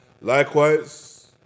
Likewise